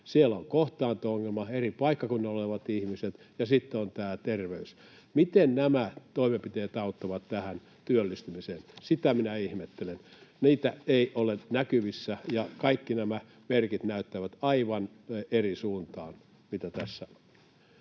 siellä on kohtaanto-ongelma, eri paikkakunnilla olevat ihmiset, ja sitten on tämä terveys? Miten nämä toimenpiteet auttavat tähän työllistymiseen? Sitä minä ihmettelen. Niitä ei ole näkyvissä, ja kaikki nämä merkit näyttävät aivan eri suuntaan kuin mitä tässä